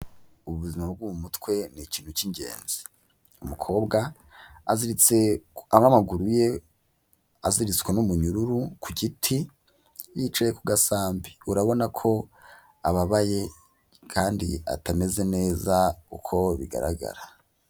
Ubuzima bwo mutwe ni ikintu cy'ingenzi, umukobwa aziritse, aho amaguruye aziritswe n'umunyururu ku giti, yicaye ku gasambi, urabona ko ababaye kandi atameze neza uko bigaragara.